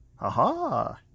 Aha